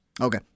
Okay